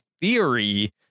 theory